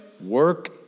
work